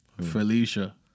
Felicia